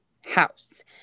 house